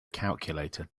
calculator